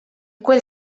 quel